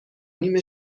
نیم